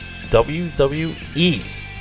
WWE's